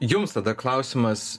jums tada klausimas